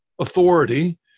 authority